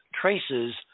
traces